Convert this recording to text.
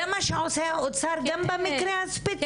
זה מה שהאוצר עושה גם במקרה הספציפי,